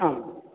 आम्